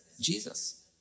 Jesus